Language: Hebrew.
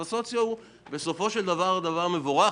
הסוציו הוא דבר מבורך,